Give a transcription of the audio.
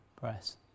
press